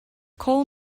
cole